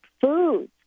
foods